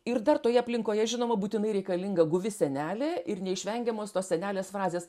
ir dar toje aplinkoje žinoma būtinai reikalinga guvi senelė ir neišvengiamos tos senelės frazės